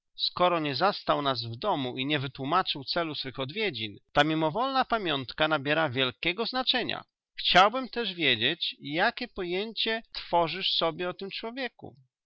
skoro nie zastał nas w domu i nie wytłómaczył celu swych odwiedzin ta mimowolna pamiątka nabiera wielkiego znaczenia chciałbym też wiedzieć jakie pojęcie tworzysz sobie o tym człowieku